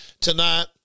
tonight